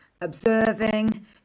observing